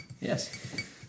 Yes